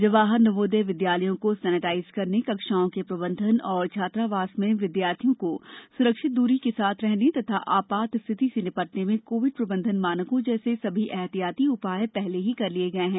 जवाहर नवोदय विद्यालयों को सेनेटाइज करने कक्षाओं के प्रबंधन और छात्रावास में विद्यार्थियों को सुरक्षित दूरी के साथ रहने तथा आपात स्थिति से निपटने में कोविड प्रबंधन मानकों जैसे सभी एहतियाती उपाय पहले ही कर लिए गए हैं